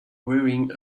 wearing